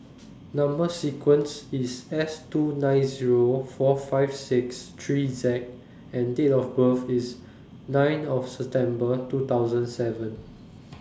Number sequence IS S two nine Zero four five six three Z and Date of birth IS nine of November two thousand seven